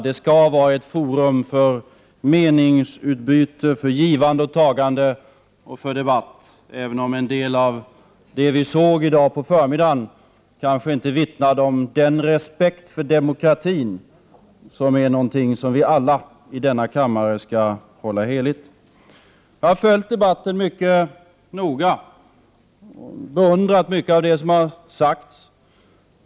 Det skall vara ett forum för meningsutbyte, för givande och tagande och för debatt, även om en del av det som vi såg i dag på förmiddagen kanske inte vittnade om den respekt för demokratin som är någonting som vi alla i denna kammare skall hålla heligt. Jag har följt debatten mycket noga och beundrat mycket av det som har sagts.